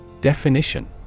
Definition